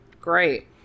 Great